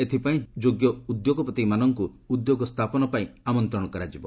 ଏଥିପାଇଁ ଯୋଗ୍ୟ ଉଦ୍ୟୋଗପତିମାନଙ୍କୁ ଉଦ୍ୟୋଗ ସ୍ଥାପନ ପାଇଁ ଆମନ୍ତ୍ରଣ କରାଯିବ